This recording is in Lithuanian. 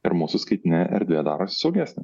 ir mūsų skaitmeninė erdvė darosi saugesnė